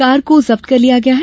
car को जब्त कर लिया गया है